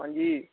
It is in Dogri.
अंजी